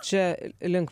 čia link